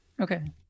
Okay